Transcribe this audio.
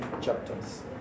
chapters